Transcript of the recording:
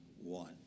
one